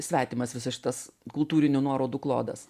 svetimas visas šitas kultūrinių nuorodų klodas